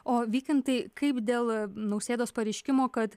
o vykintai kaip dėl nausėdos pareiškimo kad